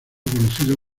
conocido